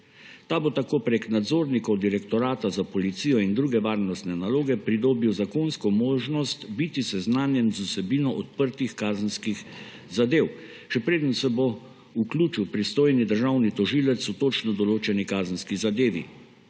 Ta bo tako prek nadzornikov Direktorata za policijo in druge varnostne naloge pridobil zakonsko možnost biti seznanjen z vsebino odprtih kazenskih zadev, še preden se bo vključil pristojni državni tožilec v točno določeni kazenski zadevi